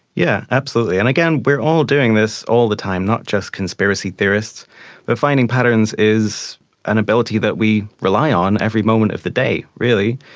yeah absolutely. and again, we are all doing this all the time, not just conspiracy theorists but finding patterns is an ability that we rely on every moment of the day really.